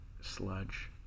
sludge